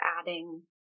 adding